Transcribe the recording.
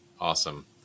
awesome